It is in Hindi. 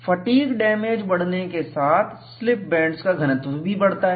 फटीग डैमेज बढ़ने के साथ स्लिप बैंड्स का घनत्व भी बढ़ती है